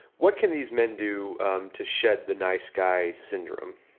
what can these men do to shed the nice guy syndrome?